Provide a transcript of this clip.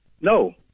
no